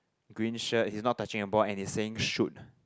green shirt he's not touching a ball and he's saying shoot